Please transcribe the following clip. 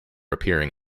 appearing